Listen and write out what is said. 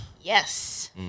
Yes